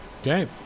Okay